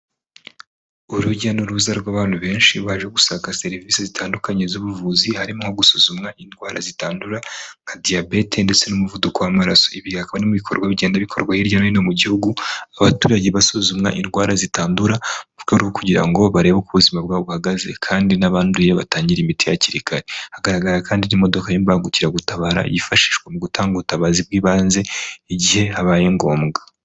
Urujya n'uruza rw'abantu benshi baje gusaba serivisi zitandukanye z'ubuvuzi, harimo gusuzumwa indwara zitandura nka ,diyabete ndetse n'umuvuduko w'amaraso. Ibi hakaba n'ibikorwa bigenda bikorwa hirya no hino mu gihugu, abaturage basuzumwa indwara zitandura kuko ari ukugira ngo barebe uko ubuzima bwabo buhagaze kandi n'abanduye batangira imiti hakiri kare. Hagaragara kandi n'imodoka y'imbangukiragutabara yifashishwa mu gutanga ubutabazi bw'ibanze igihe habaye ngombwa.